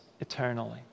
eternally